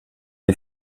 die